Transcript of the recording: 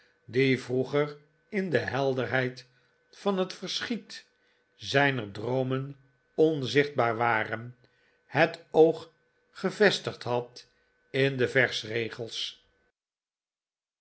die vroeger in de helderheid van het verschiet zijner droomen onzichtbaar wamaarten chuzzlewit xen het oog gevestigd had in de